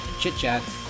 chit-chat